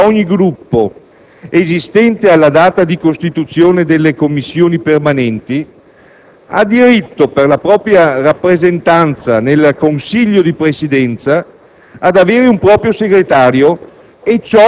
proposta sta nello statuire che ogni Gruppo esistente alla data di costituzione delle Commissioni permanenti ha diritto, per la propria rappresentanza nel Consiglio di Presidenza,